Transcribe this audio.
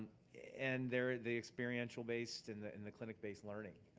and they're the experiential based and the and the clinic based learning.